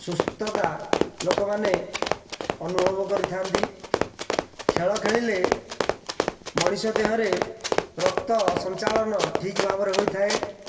ସୁସ୍ଥତା ଲୋକମାନେ ଅନୁଭବ କରିଥାନ୍ତି ଖେଳ ଖେଳିଳେ ମଣିଷ ଦେହରେ ରକ୍ତ ସଂଞ୍ଚାଳନ ଠିକ ଭାବରେ ହୋଇଥାଏ